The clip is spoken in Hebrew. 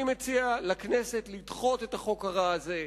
אני מציע לכנסת לדחות את החוק הרע הזה,